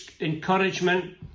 encouragement